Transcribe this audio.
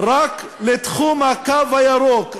רק לתחום הקו הירוק,